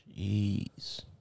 Jeez